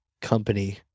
company